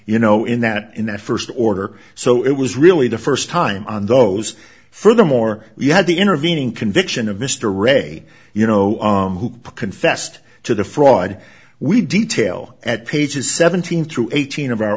you know in that in that first order so it was really the first time on those furthermore you had the intervening conviction of mr ray you know who confessed to the fraud we detail at pages seventeen through eighteen of our